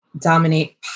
dominate